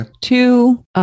two